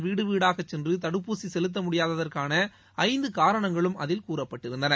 வீடுவீடாகச் சென்றுதடுப்பூசிசெலுத்தமுடியாததற்கானஐந்துகாரணங்களும் அதில் அத்துடன் கூறப்பட்டிருந்தன